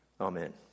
Amen